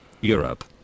Europe